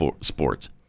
sports